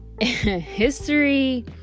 History